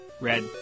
Red